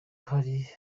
hari